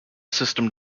system